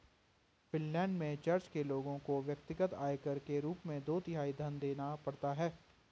Finland में church के लोगों को व्यक्तिगत आयकर के रूप में दो तिहाई धन देना पड़ता है